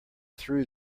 threw